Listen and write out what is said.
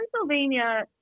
Pennsylvania